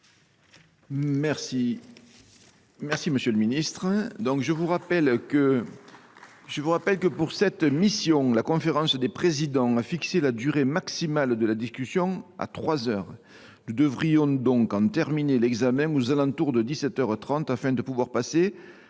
Mes chers collègues, je vous rappelle que pour cette mission, la conférence des présidents a fixé la durée maximale de la discussion à trois heures. Nous devrions donc en terminer l’examen aux alentours de dix sept heures